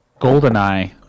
goldeneye